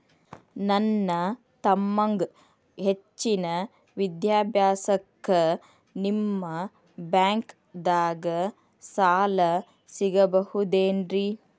ನನ್ನ ತಮ್ಮಗ ಹೆಚ್ಚಿನ ವಿದ್ಯಾಭ್ಯಾಸಕ್ಕ ನಿಮ್ಮ ಬ್ಯಾಂಕ್ ದಾಗ ಸಾಲ ಸಿಗಬಹುದೇನ್ರಿ?